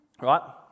right